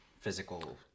physical